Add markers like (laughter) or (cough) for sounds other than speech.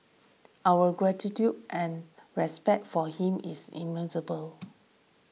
our gratitude and respect for him is (unintelligible)